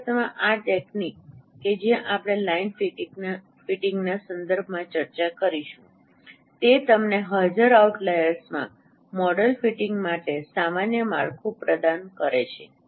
હકીકતમાં આ તકનીક કે જે આપણે લાઇન ફિટિંગના સંદર્ભમાં ચર્ચા કરીશું તે તમને હાજર આઉટલાઈરમાં મોડેલ ફિટિંગ માટે સામાન્ય માળખું પ્રદાન કરે છે